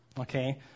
Okay